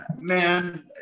man